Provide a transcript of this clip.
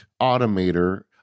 Automator